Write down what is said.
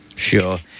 Sure